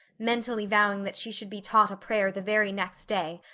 mentally vowing that she should be taught a prayer the very next day,